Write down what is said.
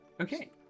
Okay